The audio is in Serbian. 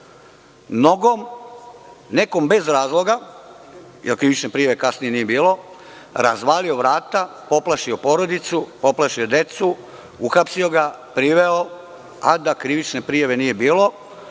nogom, nekome bez razloga, jer krivične prijave kasnije nije bilo, razvalio vrata, poplašio porodicu, poplašio decu, uhapsio ga, priveo, a da krivične prijave nije bilo. Od